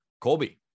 Colby